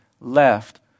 left